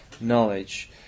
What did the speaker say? knowledge